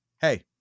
hey